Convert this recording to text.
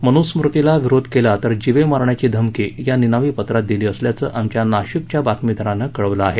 मनुस्मृतीला विरोध केला तर जीवे मारण्याची धमकी या निनावी पत्रात दिली असल्याचं आमच्या नाशिकच्या बातमीदारानं कळवलं आहे